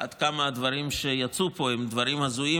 עד כמה הדברים שיצאו פה הם דברים הזויים